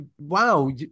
Wow